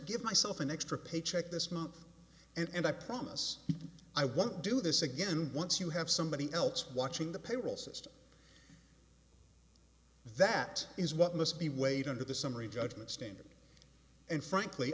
give myself an extra paycheck this month and i promise i won't do this again once you have somebody else watching the payroll system that is what must be weighed under the summary judgment standard and frankly